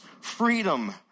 freedom